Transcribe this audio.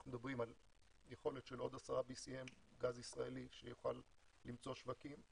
אנחנו מדברים על יכולת של עוד 10 BCM גז ישראלי שיוכל למצוא שווקים.